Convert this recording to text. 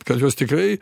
kad jos tikrai